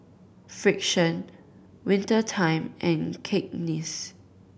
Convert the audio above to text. Frixion Winter Time and Cakenis